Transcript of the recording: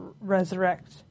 resurrect